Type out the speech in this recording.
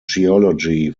geology